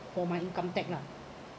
for my income tax lah